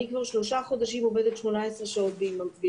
אני כבר שלושה חודשים עובדת 18 שעות ביממה.